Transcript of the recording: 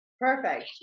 Perfect